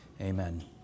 Amen